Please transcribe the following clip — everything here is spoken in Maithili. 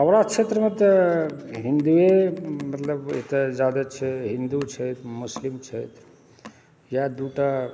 हमरा क्षेत्रमे तऽ हिन्दुए मतलब जादे छै हिन्दु छथि मुस्लिम छथि इएह दूटा